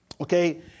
Okay